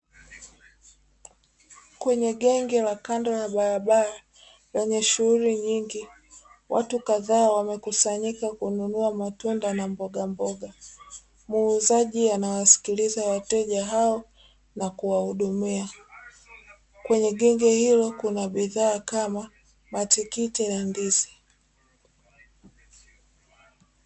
Kwenye genge la kando ya barabara lenye shughuli nyingi, watu kadhaa wamekusanyika kununua matunda na mbogamboga, muuzaji anawasikiliza wateja hao na kuwahudumia kwenye genge hilo kuna bidhaa kama matikiti na ndizi.